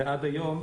ועד היום,